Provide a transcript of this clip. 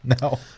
No